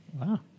Wow